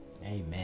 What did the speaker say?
Amen